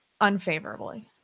unfavorably